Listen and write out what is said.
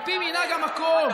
על פי מנהג המקום,